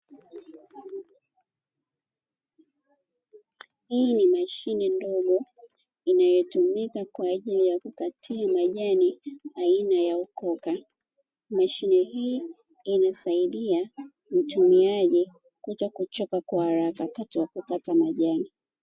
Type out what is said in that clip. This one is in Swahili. Hii ni mashine ndogo inayotumika kwaajili ya kukatia majani aina ya ukoka, mashine hii inasaidia mtumiaji kutokuchoka kwa haraka wakati wa kukata majani.